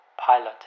Pilot